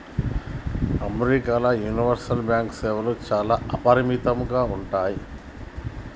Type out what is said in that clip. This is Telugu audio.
అమెరికాల యూనివర్సల్ బ్యాంకు సేవలు చాలా అపరిమితంగా ఉంటయ్